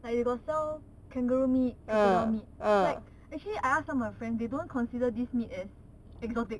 like they got serve kangaroo meat crocodile meat like actually I asked some of my friends they don't consider these meat as exotic